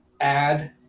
Add